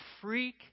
freak